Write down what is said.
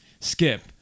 Skip